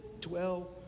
dwell